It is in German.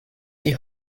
die